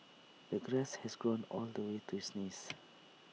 the grass had grown all the way to his knees